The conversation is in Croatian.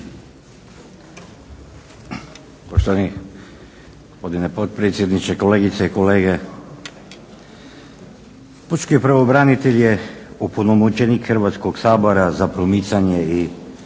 Poštovani gospodine potpredsjedniče, kolegice i kolege. Pučki pravobranitelj je opunomoćenik Hrvatskog sabora za promicanje i